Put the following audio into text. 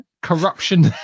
corruption